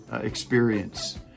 experience